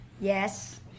Yes